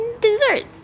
desserts